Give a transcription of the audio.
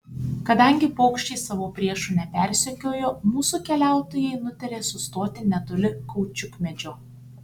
kadangi paukščiai savo priešų nepersekiojo mūsų keliautojai nutarė sustoti netoli kaučiukmedžio